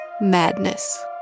Madness